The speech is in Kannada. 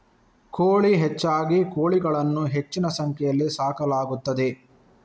ಕೋಳಿ ಹೆಚ್ಚಾಗಿ ಕೋಳಿಗಳನ್ನು ಹೆಚ್ಚಿನ ಸಂಖ್ಯೆಯಲ್ಲಿ ಸಾಕಲಾಗುತ್ತದೆ